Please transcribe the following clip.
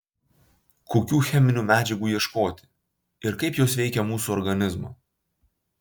kokių cheminių medžiagų ieškoti ir kaip jos veikia mūsų organizmą